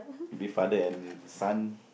maybe father and son